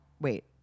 wait